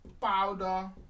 powder